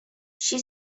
she